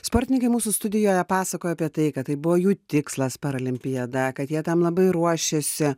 sportininkai mūsų studijoje pasakojo apie tai kad tai buvo jų tikslas paralimpiada kad jie tam labai ruošiasi